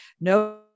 no